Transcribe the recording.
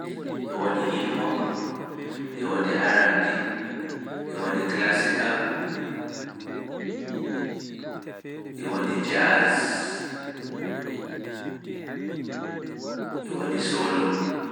Epikurus, hiphop, RnB, klasik, jas, e solo.